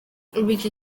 iki